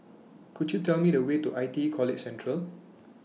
Could YOU Tell Me The Way to I T E College Central